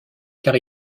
car